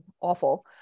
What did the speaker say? awful